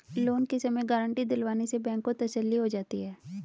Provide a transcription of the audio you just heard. loan के समय guarantee दिलवाने से बैंक को तसल्ली हो जाती है